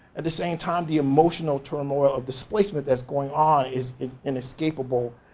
at the same time the emotional turmoil of displacement that's going on is is inescapable.